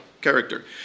Character